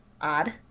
odd